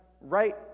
right